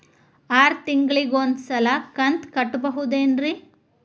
ಆರ ತಿಂಗಳಿಗ ಒಂದ್ ಸಲ ಕಂತ ಕಟ್ಟಬಹುದೇನ್ರಿ?